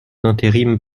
d’intérim